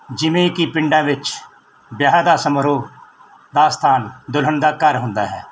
ਜਿਵੇਂ ਕਿ ਪਿੰਡਾਂ ਵਿੱਚ ਵਿਆਹ ਦਾ ਸਮਾਰੋਹ ਦਾ ਸਥਾਨ ਦੁਲਹਨ ਦਾ ਘਰ ਹੁੰਦਾ ਹੈ